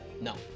No